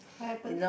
what happen